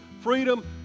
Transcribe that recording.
freedom